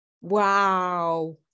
wow